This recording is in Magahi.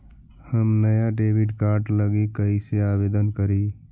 हम नया डेबिट कार्ड लागी कईसे आवेदन करी?